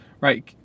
right